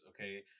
okay